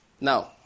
Now